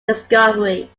discovery